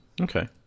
Okay